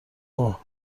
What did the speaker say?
اوه